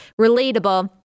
relatable